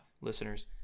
listeners